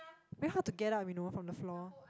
then how to get up you know from the floor